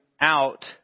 out